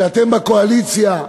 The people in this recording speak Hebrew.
שאתם בקואליציה,